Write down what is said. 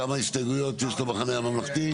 כמה הסתייגויות יש למחנה הממלכתי?